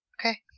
okay